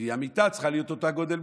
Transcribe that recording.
כי המיטה צריכה להיות באותו גודל.